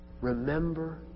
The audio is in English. Remember